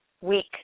week